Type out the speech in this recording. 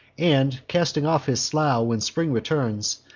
and, casting off his slough when spring returns,